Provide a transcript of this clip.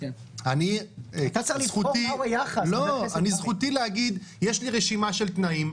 זכותי --- אתה צריך לבחור --- זכותי להגיד שיש לי רשימה של תנאים,